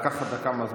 אני אקח לך דקה מהזמן.